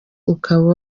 ukaba